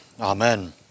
Amen